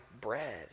bread